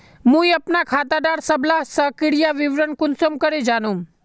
मुई अपना खाता डार सबला सक्रिय विवरण कुंसम करे जानुम?